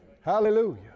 Hallelujah